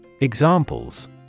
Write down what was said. Examples